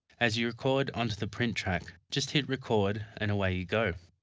as you record onto the print track just hit record and away you go.